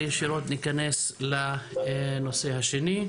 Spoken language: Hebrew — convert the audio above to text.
וישירות ניכנס לנושא השני.